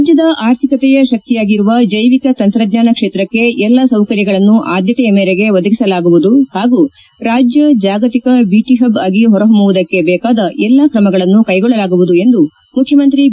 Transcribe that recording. ರಾಜ್ಯದ ಅರ್ಥಿಕತೆಯ ಶಕ್ತಿಯಾಗಿರುವ ಜೈವಿಕ ತಂತ್ರಜ್ವಾನ ಕ್ಷೇತ್ರಕ್ಷೆ ಎಲ್ಲ ಸೌಕರ್ಯಗಳನ್ನು ಆದ್ಯತೆಯ ಮೇರೆಗೆ ಒದಗಿಸಲಾಗುವುದು ಹಾಗೂ ರಾಜ್ಯ ಜಾಗತಿಕ ಬಿಟಿ ಹಬ್ ಆಗಿ ಹೊರಹೊಮ್ನುವುದಕ್ಕೆ ಬೇಕಾದ ಎಲ್ಲ ಕ್ರಮಗಳನ್ನೂ ಕೈಗೊಳ್ಳಲಾಗುವುದು ಎಂದು ಮುಖ್ಯಮಂತ್ರಿ ಬಿ